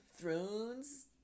Thrones